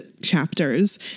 chapters